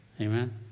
Amen